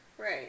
Right